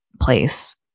place